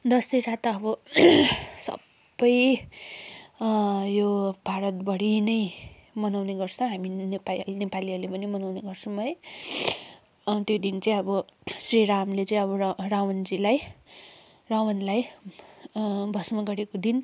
दशहरा त अब सबै यो भारतभरि नै मनाउँने गर्छ हामी नेपाली नेपालीहरूले पनि मनाउँने गर्छौँ है त्यो दिन चाहिँ अब श्री रामले चाहिँ अब र रावणजीलाई रावणलाई भस्म गरेको दिन